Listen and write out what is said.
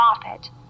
profit